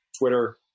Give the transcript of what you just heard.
Twitter